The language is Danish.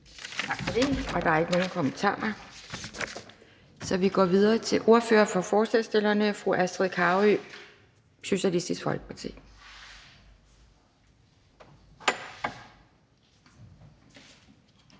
Tak for det. Der er ikke nogen kommentarer, så vi går videre til ordføreren for forslagsstillerne, fru Astrid Carøe, Socialistisk Folkeparti.